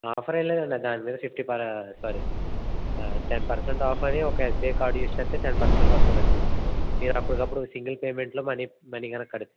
offer ఏం లేదండి దాని మీద ఫిఫ్టీ పర్ సారి టెన్ పర్సెంట్ ఆఫర్ అని ఒక ఎస్బిఐ కార్డు యూజ్ చేస్తే టెన్ పర్సెంట్ వస్తుందండి మీరు అప్పుడికప్పుడు సింగిల్ పేమెంట్లో మనీ మనీ కనుక కడి